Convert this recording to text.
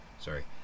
sorry